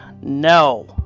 No